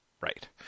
Right